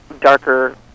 darker